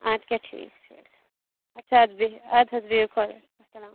اَدٕ کیاہ ٹھیٖک چھُ آچھا اَدٕ بیٚہو اَدٕ حظ بیٚہو خۄدایَس اَلسَلام